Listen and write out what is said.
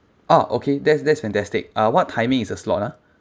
orh okay that's that's fantastic uh what timing is a slot ah